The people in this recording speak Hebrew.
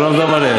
שלום דבל'ה.